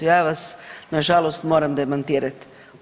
Ja vas nažalost moram demantirat.